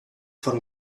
von